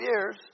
years